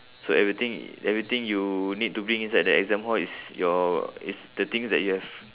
so everything everything you need to bring inside the exam hall is your is the things that you've